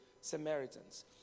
Samaritans